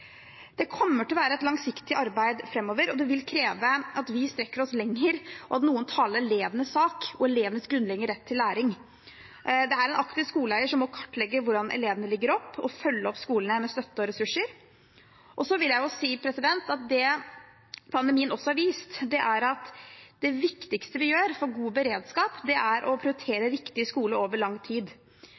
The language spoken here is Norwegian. Det kommer til å være et langsiktig arbeid framover, og det vil kreve at vi strekker oss lenger, og at noen taler elevenes sak og elevenes grunnleggende rett til læring. En aktiv skoleeier må kartlegge hvordan elevene ligger an og følge opp skolene med støtte og ressurser. Så vil jeg si at det pandemien også har vist, er at det viktigste vi gjør for god beredskap, er å prioritere riktig i skolen over lang tid.